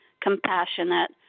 compassionate